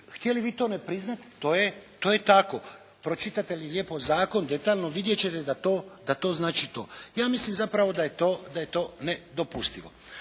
Htjeli vi to ne priznati to je tako. pročitate li lijepo zakon detaljno vidjet ćete da to znači to. Ja mislim zapravo da je to nedopustivo.